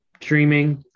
streaming